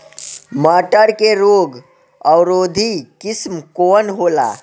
मटर के रोग अवरोधी किस्म कौन होला?